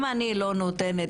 אם אני לא נותנת,